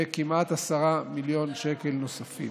כמעט ב-10 מיליון שקלים, נוספים.